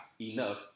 enough